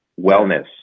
wellness